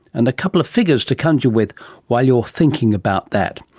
and a couple of figures to conjure with while you are thinking about that.